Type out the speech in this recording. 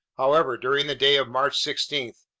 however, during the day of march sixteen,